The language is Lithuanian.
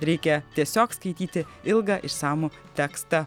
reikia tiesiog skaityti ilgą išsamų tekstą